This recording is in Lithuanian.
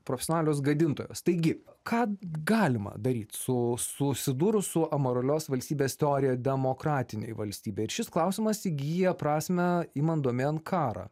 profesionalios gadintojos taigi ką galima daryt su susidūrus su amoralios valstybės teorija demokratinėj valstybėj ir šis klausimas įgyja prasmę imant domėn karą